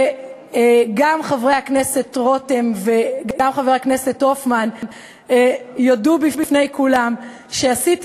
וגם חבר הכנסת רותם וגם חבר הכנסת הופמן יודו בפני כולם שעשיתי